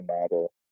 model